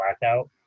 blackout